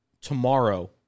tomorrow